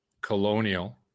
colonial